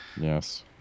Yes